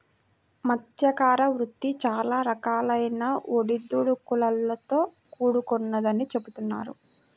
మత్స్యకార వృత్తి చాలా రకాలైన ఒడిదుడుకులతో కూడుకొన్నదని చెబుతున్నారు